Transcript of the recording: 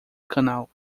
canal